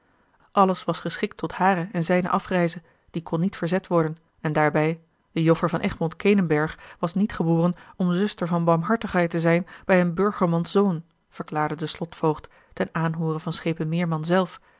alles was geschikt tot hare en zijne afreize dat kon niet verzet worden en daarbij de joffer van egmond kenenburg was niet geboren om zuster van barmhartigheid te zijn bij eens burgermans zoon verklaarde de slotvoogd ten aanhoore van schepen meerman zelf